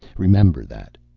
remember that.